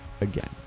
again